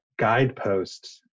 guideposts